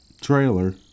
trailer